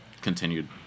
continued